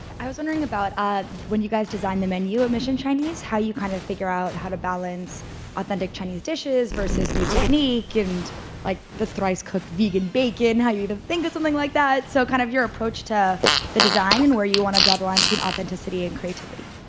i was wondering about ah when you guys design the menu at mission chinese, how you kind of of figure out how to balance authentic chinese dishes versus new technique and like the thrice-cooked vegan bacon, how you even think of something like that, so kind of your approach to the design and where you want to draw the line between authenticity and creativity.